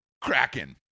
Kraken